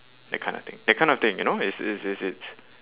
that kind of thing that kind of thing you know it's it's it's it's